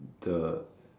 the